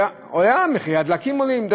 מחירי הדלקים עולים.